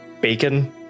bacon